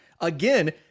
Again